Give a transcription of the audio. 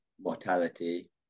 mortality